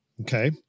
Okay